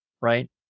Right